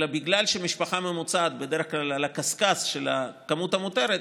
אלא בגלל שמשפחה ממוצעת היא בדרך כלל על הקשקש של הכמות המותרת,